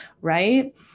Right